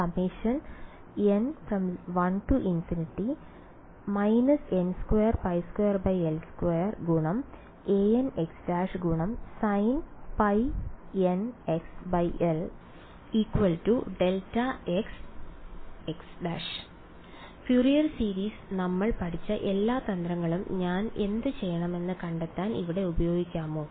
വിദ്യാർത്ഥി n2 n1 Fourier series നമ്മൾ പഠിച്ച എല്ലാ തന്ത്രങ്ങളും ഞാൻ എന്തുചെയ്യണമെന്ന് കണ്ടെത്താൻ ഇവിടെ ഉപയോഗിക്കാമോ